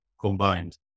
combined